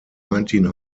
nineteen